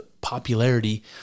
popularity